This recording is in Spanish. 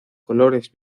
colores